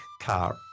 car